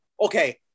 Okay